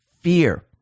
fear